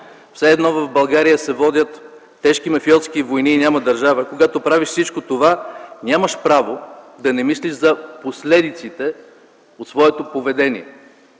все едно в България се водят тежки мафиотски войни и няма държава, когато правиш всичко това, нямаш право да не мислиш за последиците от своето поведение.